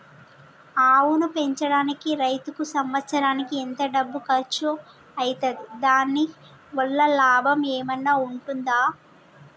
ఆవును పెంచడానికి రైతుకు సంవత్సరానికి ఎంత డబ్బు ఖర్చు అయితది? దాని వల్ల లాభం ఏమన్నా ఉంటుందా?